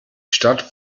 stadt